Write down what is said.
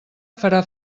farà